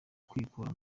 kwikura